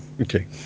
Okay